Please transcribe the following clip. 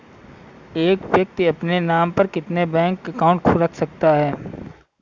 एक व्यक्ति अपने नाम पर कितने बैंक अकाउंट रख सकता है?